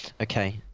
Okay